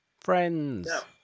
Friends